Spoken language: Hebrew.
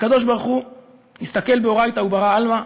הקב"ה הסתכל באורייתא וברא עלמא,